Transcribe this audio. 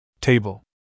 table